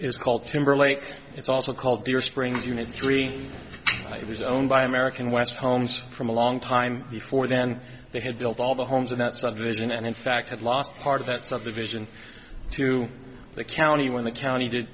is called timberlake it's also called the or springs unit three it was owned by american west homes from a long time before then they had built all the homes in that subdivision and in fact had lost part of that subdivision to the county when the county